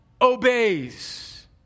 obeys